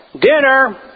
dinner